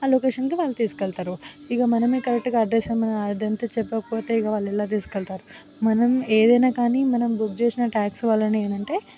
ఆ లోకేషన్కి వాళ్ళు తీసుకెళతారు ఇక మనమే కరెక్ట్గా అడ్రస్ అది అంతా చెప్పకపోతే ఇక వాళ్ళు ఎలా తీసుకెళతారు మనం ఏదైనా కానీ మనం బుక్ చేసిన ట్యాక్సీ వాళ్ళంటే ఏంటంటే